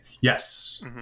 Yes